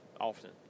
often